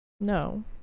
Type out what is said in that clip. no